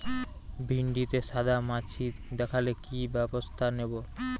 ভিন্ডিতে সাদা মাছি দেখালে কি ব্যবস্থা নেবো?